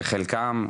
חלקם,